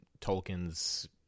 Tolkien's